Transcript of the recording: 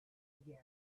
again